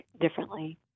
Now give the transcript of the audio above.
differently